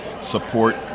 support